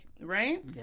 Right